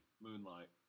Moonlight